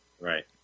Right